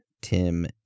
Tim